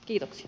kiitos